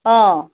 অঁ